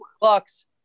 Bucks